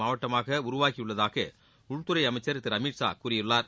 மாவட்டமாக உருவாகியுள்ளதாக உள்துறை அமைச்சர் திரு அமித்ஷா கூறியுள்ளார்